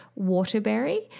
waterberry